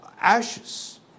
ashes